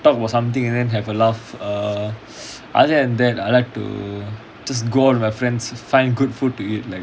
talk about something and then have a laugh err other than that I like to just go with my friends find good food to eat like